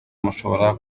mushobora